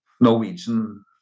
Norwegian